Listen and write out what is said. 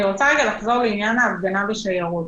אני רוצה לחזור לעניין ההפגנה בשיירות.